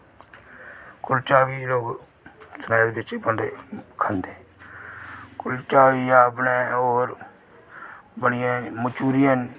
कुल्चा बी लोग स्नैक्स बिच बंदे खंदे कुल्चा होई गेआ अपने होर बड़ियां मंचुरियन